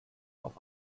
auf